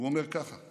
והוא אומר ככה,